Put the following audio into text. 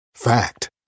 Fact